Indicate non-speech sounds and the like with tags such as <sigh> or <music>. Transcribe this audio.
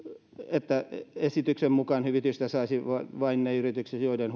että esityksen mukaan hyvitystä saisivat vain ne yritykset joiden <unintelligible>